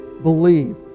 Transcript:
believe